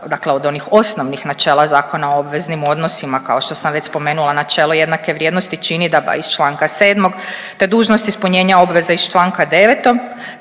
dakle od onih osnovnih načela ZOO-a, kao što sam već spomenula načelo jednake vrijednosti činidaba iz čl. 7., te dužnost ispunjenja obveze iz čl. 9.,